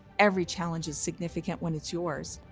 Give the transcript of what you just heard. every challenge is significant when it's yours.